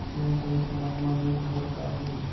Loan सही समय मा नई भरे ले का होही?